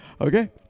Okay